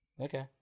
Okay